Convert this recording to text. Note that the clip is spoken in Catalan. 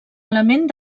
element